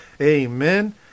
Amen